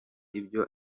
ibyo